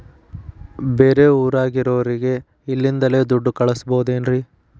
ಬೇರೆ ಊರಾಗಿರೋರಿಗೆ ಇಲ್ಲಿಂದಲೇ ದುಡ್ಡು ಕಳಿಸ್ಬೋದೇನ್ರಿ?